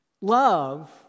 love